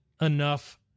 enough